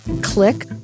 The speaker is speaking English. Click